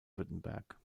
württemberg